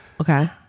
Okay